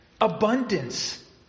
Abundance